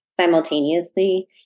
simultaneously